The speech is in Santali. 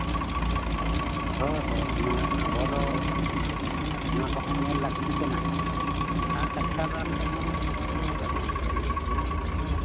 ᱦᱳᱭ ᱦᱳᱭ ᱟᱵᱚ ᱫᱚ ᱚᱱᱟ ᱠᱚᱦᱚᱸ ᱧᱮᱞ ᱞᱟᱹᱠᱛᱤ ᱠᱟᱱᱟ ᱟᱨ ᱰᱟᱠᱛᱟᱨ ᱨᱟᱱ ᱠᱚᱦᱚᱸ ᱞᱟᱜᱟᱣ ᱫᱚ ᱞᱟᱹᱠᱛᱤᱜ ᱠᱟᱱ ᱜᱮᱭᱟ